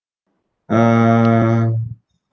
uh